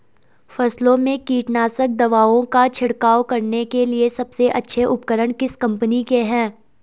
फसलों में कीटनाशक दवाओं का छिड़काव करने के लिए सबसे अच्छे उपकरण किस कंपनी के हैं?